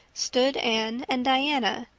stood anne and diana,